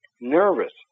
nervous